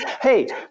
hey